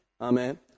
Amen